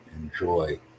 enjoy